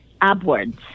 upwards